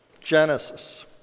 Genesis